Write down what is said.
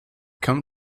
come